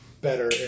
better